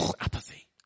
Apathy